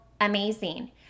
amazing